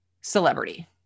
celebrity